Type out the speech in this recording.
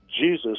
Jesus